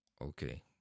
Okay